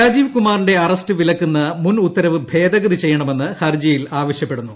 രാജീവ് കുമാറിന്റെ അറസ്റ്റ് വിലക്കുന്ന മുൻ ഉത്തരവ് ഭേദഗതി ചെയ്യണമെന്ന് ഹർജിയിൽ ആവശ്യപ്പെടുന്നു